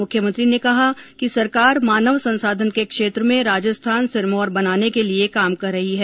मुख्यमंत्री ने कहा कि सरकार मानव संसाधन के क्षेत्र में राजस्थान सिरमौर बनाने के लिए काम कर रही है